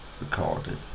recorded